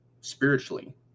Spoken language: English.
spiritually